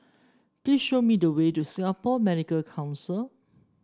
please show me the way to Singapore Medical Council